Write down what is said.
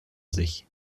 sich